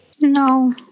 No